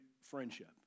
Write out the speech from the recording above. friendship